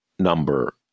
number